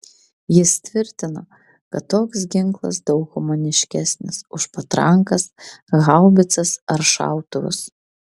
jis tvirtino kad toks ginklas daug humaniškesnis už patrankas haubicas ar šautuvus